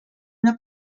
una